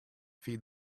feed